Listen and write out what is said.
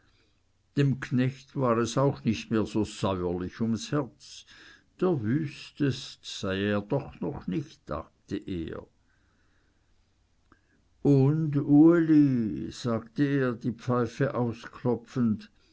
dem knecht war es auch nicht mehr so säuerlich ums herz der wüstest sei er doch noch nicht dachte er und uli sagte er die pfeife ausklopfend